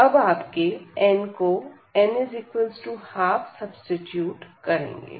और अब आपके n को n12 सब्सीट्यूट करेंगे